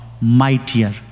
mightier